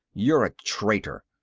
you're a traitor!